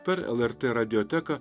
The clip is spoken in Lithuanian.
per lrt radioteką